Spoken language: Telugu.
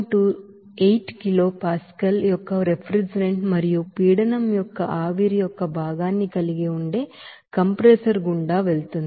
28 కిలోపాస్కల్ యొక్క రిఫ్రిజిరెంట్ మరియు ప్రెషర్ యొక్క ఆవిరి యొక్క భాగాన్ని కలిగి ఉండే కంప్రెసర్ గుండా వెళుతుంది